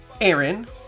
Aaron